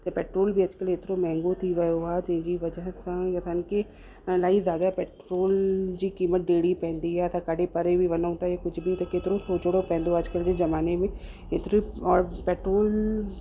त पेट्रोल बि अॼुकल्ह एतिरो महांगो थी वियो आहे जंहिंजी वजह सां असांखे इलाही ज़्यादा पेट्रोल जी क़ीमत पवंदी आहे त काॾहें परे बि वञो त इहे कुझु बि एतिरो सोचिणो पवंदो आहे अॼुकल्ह जे ज़माने में एतिरी और पेट्रोल